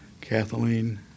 Kathleen